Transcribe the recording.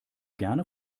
gerne